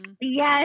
Yes